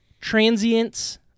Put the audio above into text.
Transient's